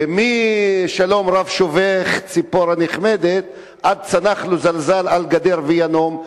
מ"שלום רב שובך ציפורה נחמדת" ועד "צנח לו זלזל על גדר וינום".